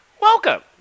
welcome